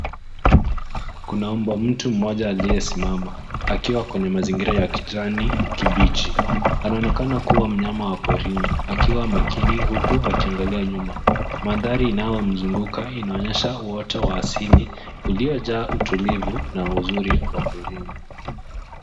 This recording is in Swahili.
Kuna mbwa mwitu mmoja aliyesimama, akiwa kwenye mazingira ya kijani kibichi. Anaonekana kuwa mnyama wa porini akiwa makini huku akiangalia nyuma. Mandhari inayomzunguka inaonyesha uoto wa asili uliojaa utulivu na uzuri wa porini.